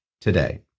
today